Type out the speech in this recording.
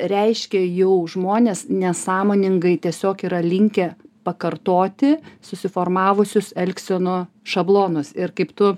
reiškia jau žmonės nesąmoningai tiesiog yra linkę pakartoti susiformavusius elgsenų šablonus ir kaip tu